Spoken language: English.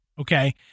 okay